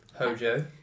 Hojo